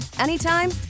anytime